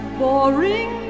boring